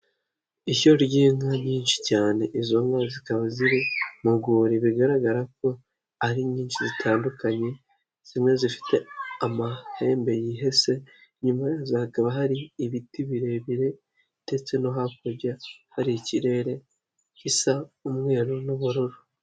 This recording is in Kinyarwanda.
Ishyo ry'inka nyinshi cyane, izo nka zikaba ziri mu rwuri bigaragara ko ari nyinshi zitandukanye, zimwe zifite amahembe yihese, inyuma yazo hakaba hari ibiti birebire ndetse no hakurya hari ikirere gisa umweru n'ubururu.